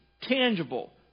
tangible